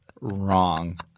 wrong